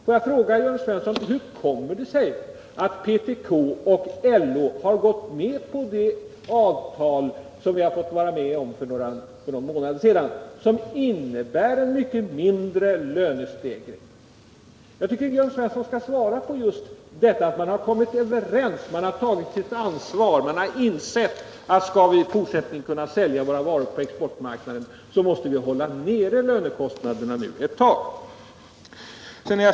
Får jag fråga Jörn Svensson hur det då kommer sig att PTK och LO gått med på det avtal som vi fått vara med om för en månad sedan, ett avtal som innebär en mindre lönestegring? Jörn Svensson bör svara på frågan varför man kommit överens, varför man tagit sitt ansvar. Jo, man har insett att om vi i fortsättningen skall kunna sälja våra varor på exportmarknaden måste vi nu hålla lönekostnaderna nere.